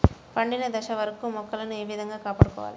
పండిన దశ వరకు మొక్కలను ఏ విధంగా కాపాడుకోవాలి?